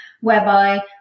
whereby